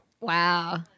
Wow